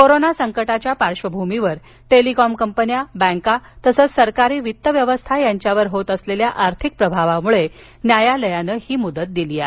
corona संकटाच्या पार्श्वभूमीवर telecom कंपन्या बॅंका तसंच सरकारी वित्त व्यवस्था यांच्यावर होत असलेल्या आर्थिक प्रभावामुळे न्यायालयानं ही मुदत दिली आहे